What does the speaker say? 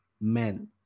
men